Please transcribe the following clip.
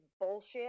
bullshit